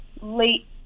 late